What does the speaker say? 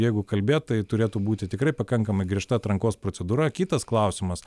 jeigu kalbėt tai turėtų būti tikrai pakankamai griežta atrankos procedūra kitas klausimas